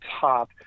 top